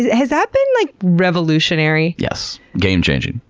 has that been like revolutionary? yes, game changing.